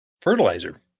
fertilizer